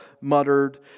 muttered